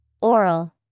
Oral